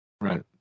Right